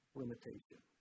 limitation